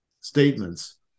statements